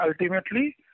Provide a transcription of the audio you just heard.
ultimately